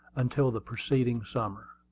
until the preceding summer.